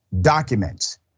documents